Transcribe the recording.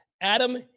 Adam